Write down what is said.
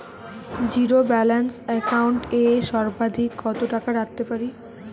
Zero balance account এ সর্বাধিক কত টাকা রাখতে পারি?